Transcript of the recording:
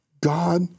God